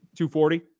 240